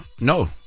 No